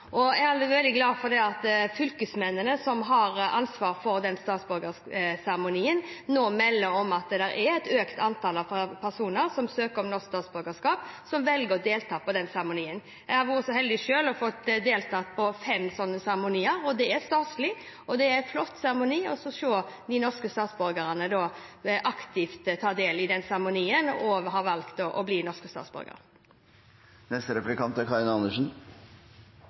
Jeg er veldig glad for at fylkesmennene, som har ansvar for statsborgerskapsseremonien, nå melder om at det er et økt antall personer som søker om norsk statsborgerskap, som velger å delta i denne seremonien. Jeg har selv vært så heldig å få delta i fem slike seremonier. Det er en staselig seremoni, og det er flott å se de norske statsborgerne aktivt ta del i seremonien, og at de har valgt å bli norske statsborgere. Det å lære seg norsk og bli integrert fra dag én er